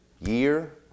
year